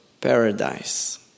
paradise